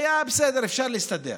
היה בסדר, אפשר להסתדר.